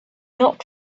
not